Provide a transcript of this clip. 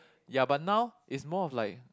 ya but now is more of like